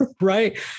Right